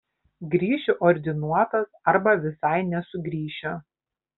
grįšiu ordinuotas arba visai nesugrįšiu